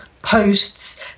posts